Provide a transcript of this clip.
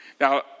Now